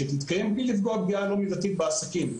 ושתתקיים בלי לפגוע פגיעה לא מידתית בעסקים.